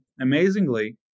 amazingly